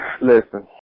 Listen